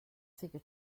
figure